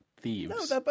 thieves